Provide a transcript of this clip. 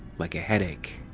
like a headache.